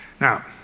Now